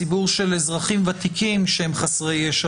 ציבור של אזרחים ותיקים שהם חסרי ישע.